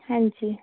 ਹਾਂਜੀ